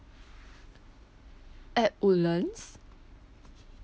at woodlands